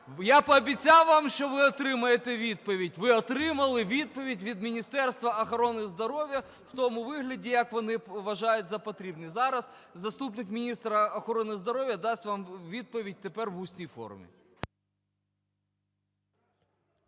Я пообіцяв вам, що ви отримаєте відповідь, ви отримали відповідь від Міністерства охорони здоров'я в тому вигляді, як вони вважають за потрібне. Зараз заступник міністра охорони здоров'я дасть вам відповідь тепер в усній формі.